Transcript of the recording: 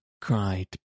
cried